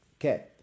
okay